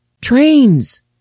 trains